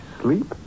sleep